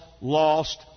lost